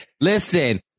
listen